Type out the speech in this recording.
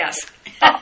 yes